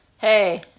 hey